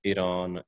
Iran